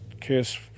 case